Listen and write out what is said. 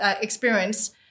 experience